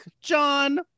John